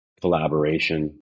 collaboration